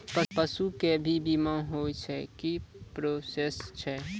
पसु के भी बीमा होय छै, की प्रोसेस छै?